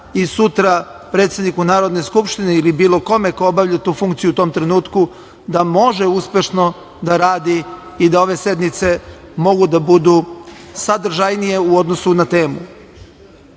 i sutra predsedniku Narodne skupštine ili bilo kome ko obavlja tu funkciju u tom trenutku da može uspešno da radi i da ove sednice mogu da budu sadržajnije u odnosu na temu. Ima